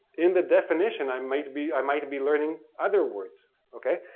in the definition i might be, i might be learning other words, okay?